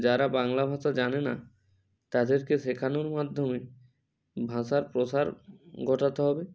যারা বাংলা ভাষা জানে না তাদেরকে শেখানোর মাধ্যমে ভাষার প্রসার ঘটাতে হবে